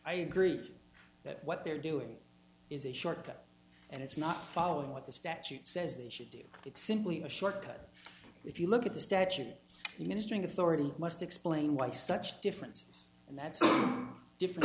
i agree that what they're doing is a shortcut and it's not following what the statute says they should do it's simply a shortcut if you look at the statute you ministering authority must explain why such differences and that's different